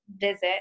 visit